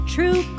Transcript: True